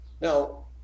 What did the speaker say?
Now